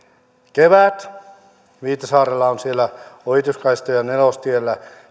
kevät viitasaarella on ohituskaistoja nelostiellä